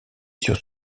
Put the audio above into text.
sur